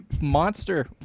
monster